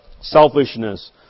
selfishness